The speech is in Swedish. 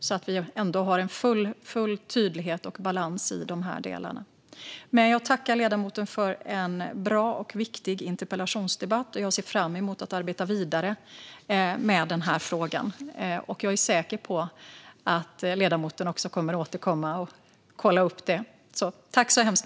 Så kan vi nå en full tydlighet och balans i de här delarna. Jag tackar ledamoten för en bra och viktig interpellationsdebatt, och jag ser fram emot att arbeta vidare med frågan. Jag är också säker på att ledamoten kommer att återkomma och kolla upp det.